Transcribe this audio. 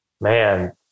Man